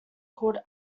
called